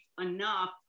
enough